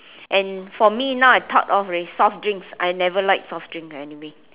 and for me now I thought of already soft drinks I never like soft drink anyway